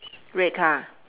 red car